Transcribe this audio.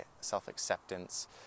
self-acceptance